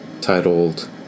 titled